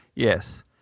Yes